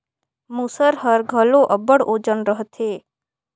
मूसर हर घलो अब्बड़ ओजन रहथे